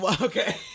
Okay